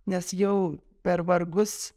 nes jau per vargus